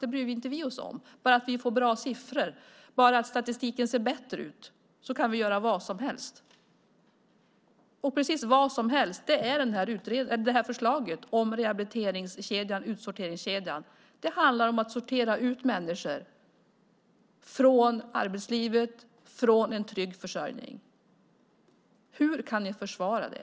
Det bryr inte vi oss om, bara vi får bra siffror. Bara statistiken ser bättre ut kan vi göra vad som helst. Precis vad som helst är det här förslaget om rehabiliteringskedjan, utsorteringskedjan. Det handlar om att sortera ut människor från arbetslivet, från en trygg försörjning. Hur kan ni försvara det?